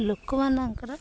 ଲୋକମାନଙ୍କର